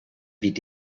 dvd